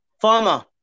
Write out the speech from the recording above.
Farmer